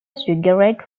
cigarette